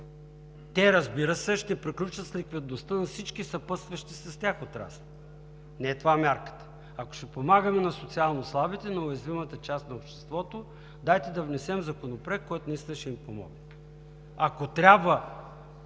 Те, разбира се, ще приключат с ликвидността на всички съпътстващи с тях отрасли. Не е това мярката. Ако ще помагаме на социално слабите, на уязвимата част на обществото, дайте да внесем законопроект, който наистина ще им помогне. Ако трябва